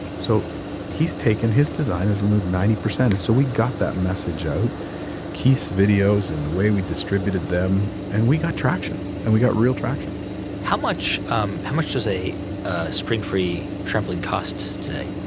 so he's taken his design, has removed ninety percent, and so we got that message out keith's videos and the way we distributed them. and we got traction. and we got real traction how much um how much does a ah springfree trampoline cost today?